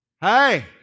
Hey